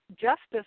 justice